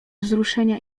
wzruszenia